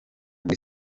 muri